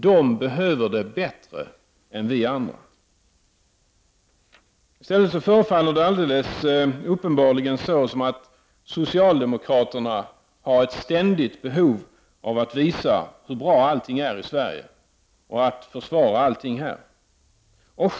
De behöver det bättre än vi andra. Uppenbarligen förefaller det vara så att socialdemokraterna har ett ständigt behov av att visa hur bra allt är i Sverige och att försvara allt.